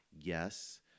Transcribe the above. yes